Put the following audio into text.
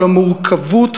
על המורכבות,